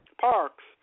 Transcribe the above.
parks